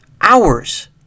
hours